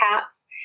cats